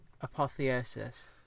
Apotheosis